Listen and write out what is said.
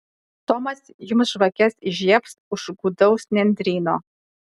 tomas jums žvakes įžiebs už gūdaus nendryno